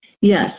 Yes